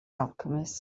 alchemist